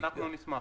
אנחנו נשמח.